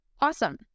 awesome